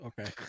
Okay